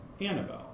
Annabelle